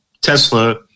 Tesla